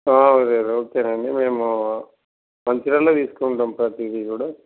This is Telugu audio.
ఓకే అండి మేము మంచిర్యాలలో తీసుకుంటాము ప్రతీదీ కూడా